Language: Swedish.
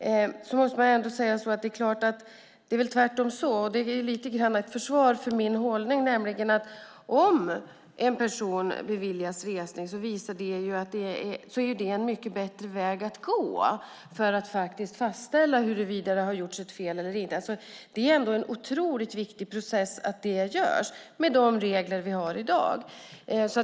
Lite grann som ett försvar av min hållning kan man säga att det tvärtom är så att om en person beviljas resning är det en mycket bättre väg att gå för att fastställa huruvida det har gjorts ett fel eller inte. Det är en otroligt viktig process att det görs med de regler vi har i dag.